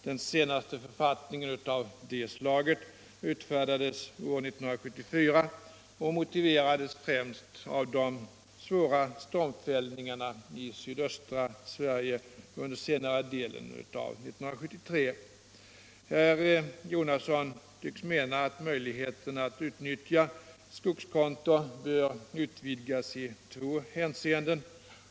Den senaste författningen av detta — skogskonto slag utfärdades år 1974 och motiverades främst av de svåra stormfällningarna i sydöstra Sverige under senare delen av år 1973. Herr Jonasson synes mena att möjligheten att utnyttja skogskonto bör utvidgas i två hänseenden.